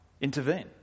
intervene